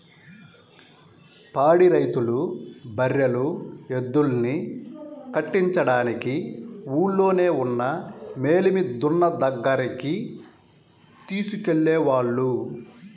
పాడి రైతులు బర్రెలు, ఎద్దుల్ని కట్టించడానికి ఊల్లోనే ఉన్న మేలిమి దున్న దగ్గరికి తీసుకెళ్ళేవాళ్ళు